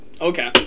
Okay